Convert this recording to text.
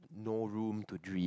no room to dream